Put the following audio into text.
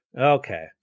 Okay